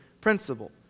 principle